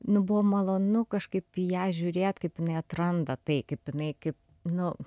nu buvo malonu kažkaip į ją žiūrėt kaip neatranda tai kaip jinai kaip nu